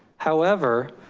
however,